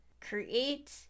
Create